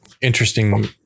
Interesting